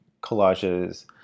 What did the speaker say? collages